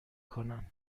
کنن